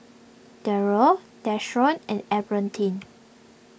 Darryll Deshaun and Albertine